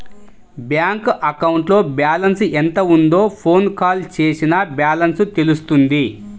bank అకౌంట్లో balance ఎంత ఉందో ఫోన్ కాల్ చేసినా బ్యాలెన్స్ తెలుస్తుంది